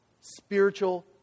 spiritual